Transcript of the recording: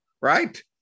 right